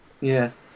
Yes